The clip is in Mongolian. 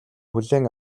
хүлээн